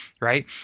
Right